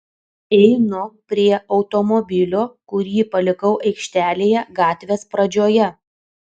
einu prie automobilio kurį palikau aikštelėje gatvės pradžioje